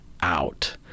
out